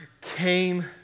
came